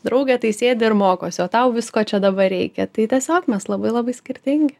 draugė tai sėdi ir mokosi o tau visko čia dabar reikia tai tiesiog mes labai labai skirtingi